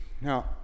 Now